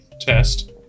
test